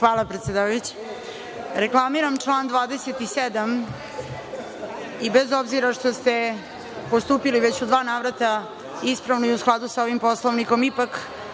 Hvala, predsedavajuća. Reklamiram član 27. Bez obzira što ste postupili već u dva navrata ispravno i u skladu sa ovim Poslovnikom, ipak,